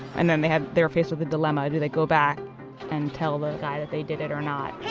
and then they had their face of the dilemma. do they go back and tell the guy that they did it or not?